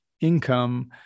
income